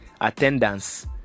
Attendance